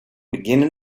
beginning